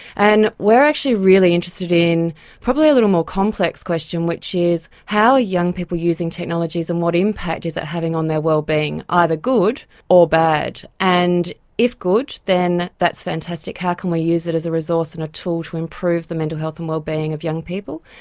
and we're actually really interested in probably a little more complex question which is how are young people using technologies and what impact is that having on their well-being, either good or bad? and if good, then that's fantastic, how can we use it as a resource and a tool to improve the mental health and well-being of young people?